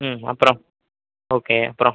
ம் அப்புறம் ஓகே அப்புறம்